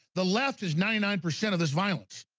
the left is ninety nine percent of this violence,